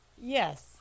yes